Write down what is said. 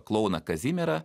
klouną kazimierą